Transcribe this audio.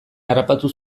harrapatu